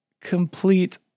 complete